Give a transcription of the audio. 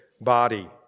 body